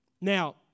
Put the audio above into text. Now